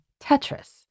Tetris